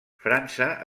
frança